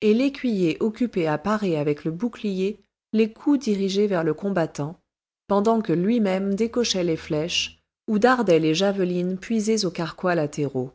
et l'écuyer occupé à parer avec le bouclier les coups dirigés vers le combattant pendant que lui-même décochait les flèches ou dardait les javelines puisées aux carquois latéraux